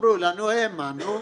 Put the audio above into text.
אמרו לנו, האמנו,